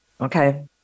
Okay